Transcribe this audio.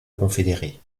confédérée